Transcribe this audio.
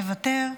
מוותר,